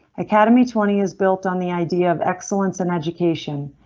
academy twenty is built on the idea of excellence in education.